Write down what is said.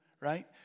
right